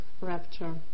rapture